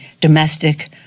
domestic